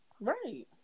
Right